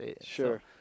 sure